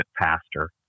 pastor